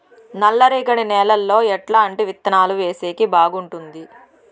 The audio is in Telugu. నల్లరేగడి నేలలో ఎట్లాంటి విత్తనాలు వేసేకి బాగుంటుంది?